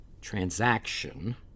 transaction